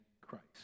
Christ